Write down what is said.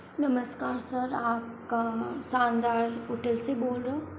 नमस्कार सर आप का शानदार होटल से बोल रहे हो